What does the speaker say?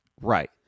Right